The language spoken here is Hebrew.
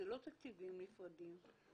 זה לא תקציבים נפרדים.